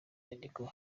inyandiko